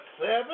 seven